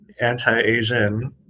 anti-Asian